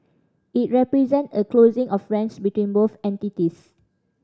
it represent a closing of ranks between both entities